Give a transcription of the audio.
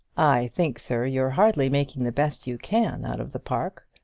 i think, sir, you're hardly making the best you can out of the park.